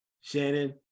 Shannon